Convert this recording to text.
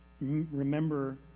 remember